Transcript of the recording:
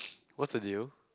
what's the deal